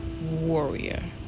warrior